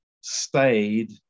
stayed